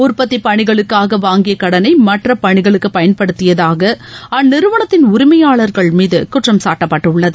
உற்பத்தி பணிகளுக்காக வாங்கிய கடனை மற்ற பணிகளுக்கு பயன்படுத்தியதாக அந்நிறுவனத்தின் உரிமையாளர்கள் மீது குற்றம்சாட்டப்பட்டுள்ளது